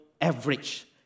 average